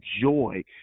joy